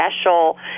special